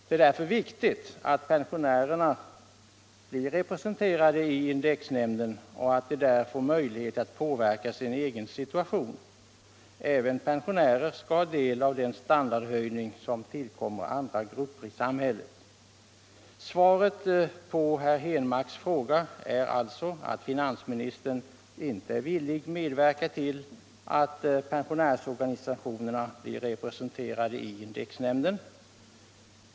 Det är därför viktigt att pensionärerna blir representerade i indexnämnden och där får möjlighet att påverka sin egen situation. Även pensionärer skall ha del av den standardhöjning som tillkommer andra grupper i samhället. Svaret på herr Henmarks fråga är alltså att finansministern inte är villig att medverka till att pensionärsorganisationerna blir representerade i indexnämnden.